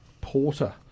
Porter